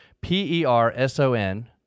P-E-R-S-O-N-